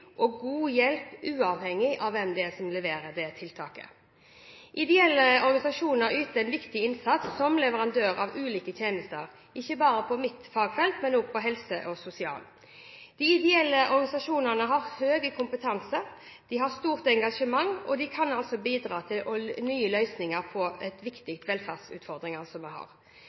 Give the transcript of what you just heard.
og god hjelp, uavhengig av hvem som leverer tiltaket. Ideelle organisasjoner yter en viktig innsats som leverandører av ulike tjenester, ikke bare på mitt fagfelt, men også på helse- og sosialfeltet. De ideelle organisasjonene har høy kompetanse og stort engasjement og kan bidra til nye løsninger på viktige velferdsutfordringer. Regjeringen anerkjenner at ideell sektor er en viktig samarbeidspartner for offentlig sektor i produksjon av helse- og sosialtjenester til befolkningen. Vi